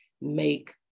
make